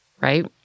right